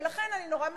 ולכן אני נורא מצטער,